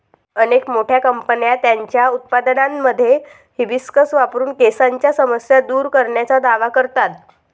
अनेक मोठ्या कंपन्या त्यांच्या उत्पादनांमध्ये हिबिस्कस वापरून केसांच्या समस्या दूर करण्याचा दावा करतात